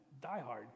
diehard